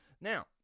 Now